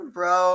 Bro